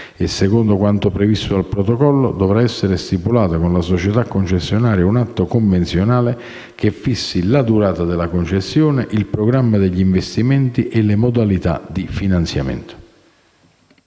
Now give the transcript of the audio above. secondo quanto previsto dal protocollo, dovrà essere stipulato con la società concessionaria un atto convenzionale, che fissi la durata della concessione, il programma degli investimenti e le modalità di finanziamento.